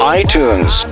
iTunes